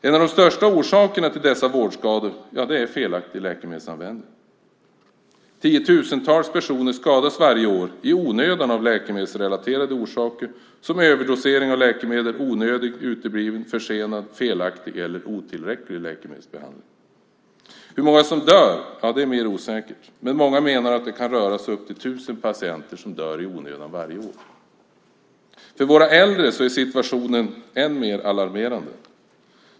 En av de största orsakerna till dessa vårdskador är felaktig läkemedelsanvändning. Tiotusentals personer skadas varje år i onödan av läkemedelsrelaterade orsaker som överdosering av läkemedel eller onödig, utebliven, försenad, felaktig eller otillräcklig läkemedelsbehandling. Hur många som dör är mer osäkert, men många menar att det kan röra sig om upp till 1 000 patienter som dör i onödan varje år. För våra äldre är situationen än mer alarmerande.